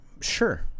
sure